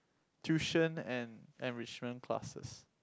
tuition and enrichment classes